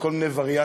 בכל מיני וריאציות,